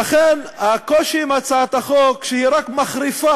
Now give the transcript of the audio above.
לכן, הקושי עם הצעת החוק הוא שהיא רק מחריפה